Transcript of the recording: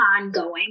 ongoing